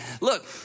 look